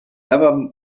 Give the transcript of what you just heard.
never